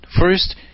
First